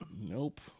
nope